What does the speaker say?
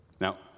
Now